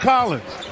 Collins